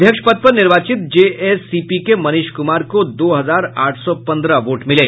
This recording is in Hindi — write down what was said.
अध्यक्ष पद पर निर्वाचित जेएसीपी के मनीष कुमार को दो हजार आठ सौ पंद्रह वोट मिले